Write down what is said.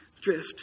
drift